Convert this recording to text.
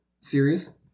series